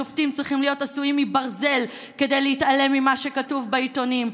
שופטים צריכים להיות עשויים מברזל כדי להתעלם ממה שכתוב בעיתונים".